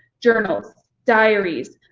journals, diaries,